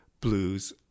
blues